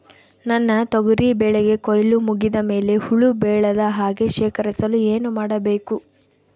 ನನ್ನ ತೊಗರಿ ಬೆಳೆಗೆ ಕೊಯ್ಲು ಮುಗಿದ ಮೇಲೆ ಹುಳು ಬೇಳದ ಹಾಗೆ ಶೇಖರಿಸಲು ಏನು ಮಾಡಬೇಕು?